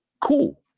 Cool